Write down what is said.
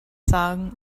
song